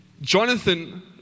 Jonathan